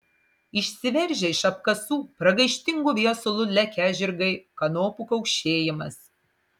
išsiveržę iš apkasų pragaištingu viesulu lekią žirgai kanopų kaukšėjimas